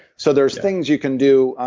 so there's things you can do.